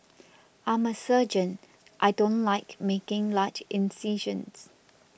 I'm a surgeon I don't like making large incisions